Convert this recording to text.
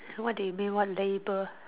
what do you mean what label